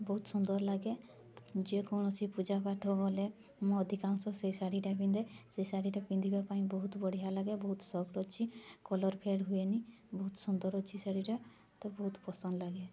ବହୁତ ସୁନ୍ଦର ଲାଗେ ଯେକୌଣସି ପୂଜାପାଠ ଗଲେ ମୁଁ ଅଧିକାଂଶ ସେ ଶାଢ଼ୀଟା ପିନ୍ଧେ ସେ ଶାଢ଼ୀଟା ପିନ୍ଧିବା ପାଇଁ ବହୁତ ବଢ଼ିଆ ଲାଗେ ବହୁତ ସଫ୍ଟ ଅଛି କଲର୍ ଫେଡ଼୍ ହୁଏନି ବହୁତ ସୁନ୍ଦର ଅଛି ଶାଢ଼ୀଟା ମତେ ବହୁତ ପସନ୍ଦ ଲାଗେ